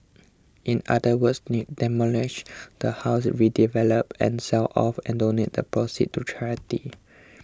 in other words demolish the house redevelop and sell off and donate the proceeds to charity